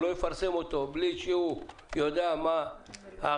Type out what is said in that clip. הוא לא יפרסם אותו בלי שהוא יודע מה ההכנסות,